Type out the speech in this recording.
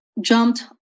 jumped